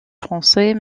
français